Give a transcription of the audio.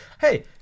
Hey